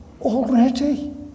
already